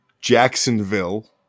Jacksonville